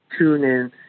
TuneIn